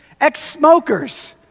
ex-smokers